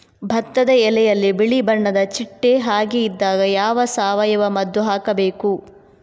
ಭತ್ತದ ಎಲೆಯಲ್ಲಿ ಬಿಳಿ ಬಣ್ಣದ ಚಿಟ್ಟೆ ಹಾಗೆ ಇದ್ದಾಗ ಯಾವ ಸಾವಯವ ಮದ್ದು ಹಾಕಬೇಕು?